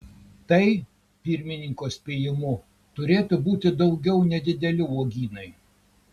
tai pirmininko spėjimu turėtų būti daugiau nedideli uogynai